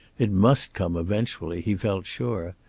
it must come eventually, he felt sure.